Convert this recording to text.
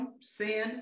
sin